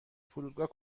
فرودگاه